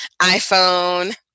iPhone